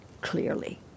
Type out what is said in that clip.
clearly